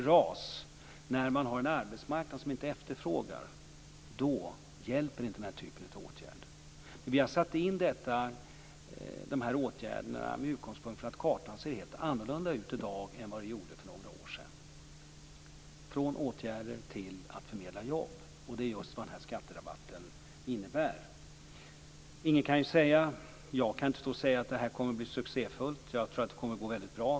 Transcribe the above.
RAS, har en arbetsmarknad som inte efterfrågar, då hjälper inte den här typen av åtgärder. Vi har satt in de här åtgärderna med utgångspunkt från att kartan ser helt annorlunda ut i dag än för några år sedan. Vi går från åtgärder till att förmedla jobb, och det är just vad den här skatterabatten innebär. Ingen kan ju säga - inte heller jag - att det här kommer att bli en succé. Jag tror att det kommer att gå väldigt bra.